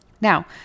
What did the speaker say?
Now